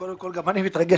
קודם כול, גם אני מתרגש.